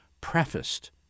prefaced